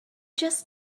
just